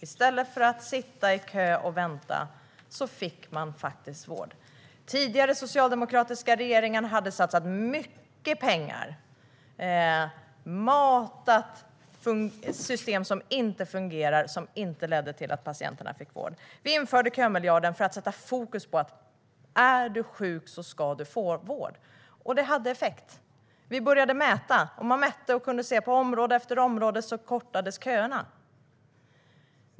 I stället för att sitta i kö och vänta fick man faktiskt vård. Den tidigare socialdemokratiska regeringen hade satsat mycket pengar och matat ett system som inte fungerade och inte ledde till att patienterna fick vård. Vi införde kömiljarden för att sätta fokus på att om man är sjuk ska man få vård, och det hade effekt. Det gjordes mätningar och vi kunde se att på område efter område kortades köerna.